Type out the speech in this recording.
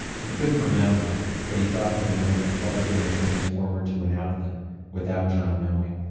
he couldn't remember but he thought that he might have plugged in the transformer to an outlet without john knowing.